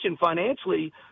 financially